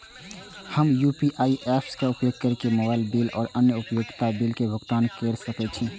हम UPI apps के उपयोग केर के मोबाइल बिल और अन्य उपयोगिता बिल के भुगतान केर सके छी